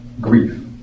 grief